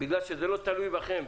בגלל שזה לא תלוי בכם,